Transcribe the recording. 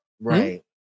right